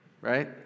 Right